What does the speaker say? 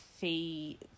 see